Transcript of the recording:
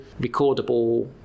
recordable